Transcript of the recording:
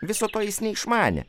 viso to jis neišmanė